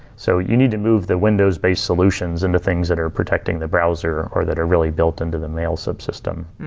so you need to move the windows-based solutions and the things that are protecting the browser, or that are really built into the mail sub-system,